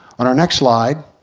on our next slide.